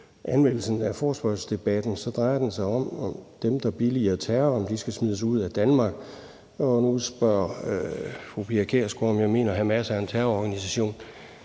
anmeldelsen af forespørgselsdebatten, så jeg, at den drejer sig om, om dem, der billiger terror, skal smides ud af Danmark, og nu spørger fru Pia Kjærsgaard, om jeg mener, at Hamas er en terrororganisation.